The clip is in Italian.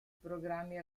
programmi